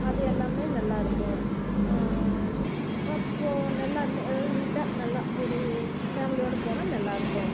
அது எல்லாமே நல்லாயிருக்கும் அப்போது நல்லா அதாவது நீட்டாக நல்லா ஒரு ஃபேமிலியோடு போனால் நல்லாயிருக்கும்